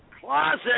closet